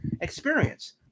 experience